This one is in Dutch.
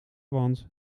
wand